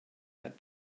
had